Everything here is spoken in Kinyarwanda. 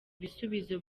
ibisubizo